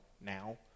now